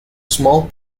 small